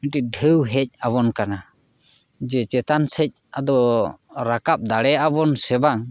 ᱢᱤᱫᱴᱤᱡ ᱰᱷᱮᱣ ᱦᱮᱡ ᱟᱵᱚᱱ ᱠᱟᱱᱟ ᱡᱮ ᱪᱮᱛᱟᱱ ᱥᱮᱡ ᱟᱫᱚ ᱨᱟᱠᱟᱵ ᱫᱟᱲᱮᱭᱟᱜ ᱵᱚᱱ ᱥᱮ ᱵᱟᱝ